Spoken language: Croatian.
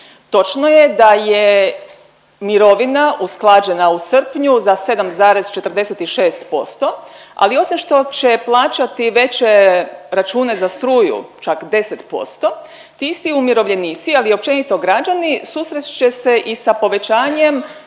Točno je da je mirovina usklađena u srpnju za 7,46%, ali osim što će plaćati veće račune za struju, čak 10%, ti isti umirovljenici, ali i općenito građani, susrest će se i sa povećanjem